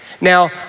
Now